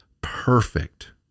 perfect